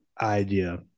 idea